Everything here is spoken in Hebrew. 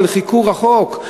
אבל חיכו רחוק,